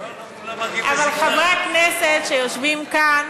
לא כולם מגיעים, חברי הכנסת שיושבים כאן,